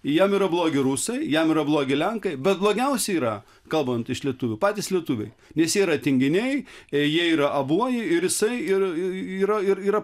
jam yra blogi rusai jam yra blogi lenkai bet blogiausi yra kalbant iš lietuvių patys lietuviai nes jie yra tinginiai jie yra abuoji ir jisai ir yra ir yra